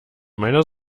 meiner